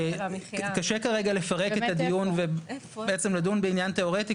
קשה כרגע לפרק את הדיון ובעצם לדון בעניין תיאורטי